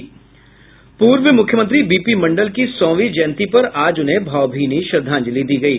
पूर्व मुख्यमंत्री बीपी मंडल की सौवीं जयंती पर आज उन्हें भावभीनी श्रद्धांजलि दी गयी